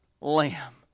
lamb